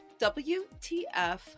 WTF